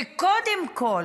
וקודם כול,